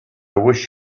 wish